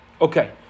Okay